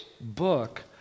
book